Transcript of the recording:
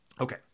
Okay